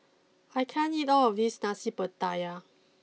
I can't eat all of this Nasi Pattaya